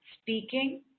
speaking